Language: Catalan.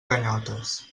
ganyotes